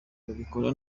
babikora